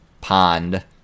pond